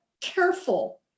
careful